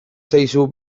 zaizu